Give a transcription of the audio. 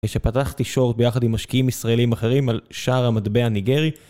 כשפתחתי שורט ביחד עם משקיעים ישראלים אחרים על שער המטבע ניגרי.